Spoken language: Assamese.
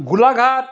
গোলাঘাট